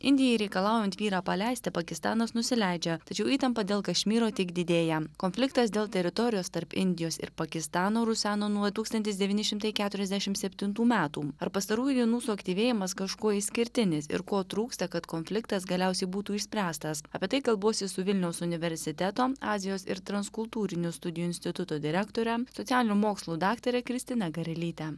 indijai reikalaujant vyrą paleisti pakistanas nusileidžia tačiau įtampa dėl kašmyro tik didėja konfliktas dėl teritorijos tarp indijos ir pakistano ruseno nuo tūkstantis devyni šimtai keturiasdešim septintų metų ar pastarųjų dienų suaktyvėjimas kažkuo išskirtinis ir ko trūksta kad konfliktas galiausiai būtų išspręstas apie tai kalbuosi su vilniaus universiteto azijos ir transkultūrinių studijų instituto direktore socialinių mokslų daktare kristina garalyte